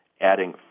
adding